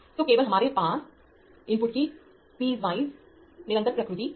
तो केवल हमारे पास इनपुट की वपीस वाइज वार निरंतर प्रकृति है